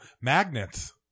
magnets